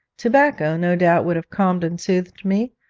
tobacco, no doubt, would have calmed and soothed me,